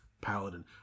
paladin